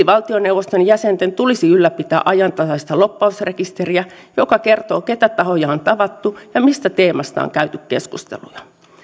valtioneuvoston jäsenten tulisi ylläpitää ajantasaista lobbausrekisteriä joka kertoo mitä tahoja on tavattu ja mistä teemasta on käyty keskusteluja